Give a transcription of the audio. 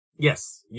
Yes